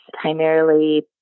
primarily